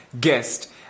guest